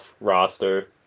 roster